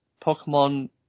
Pokemon